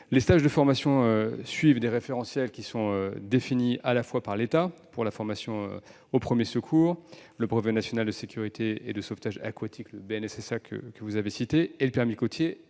Les stages de formation suivent des référentiels qui sont définis à la fois par l'État pour la formation aux premiers secours, le brevet national de sécurité et sauvetage aquatique, le BNSSA, et le permis côtier,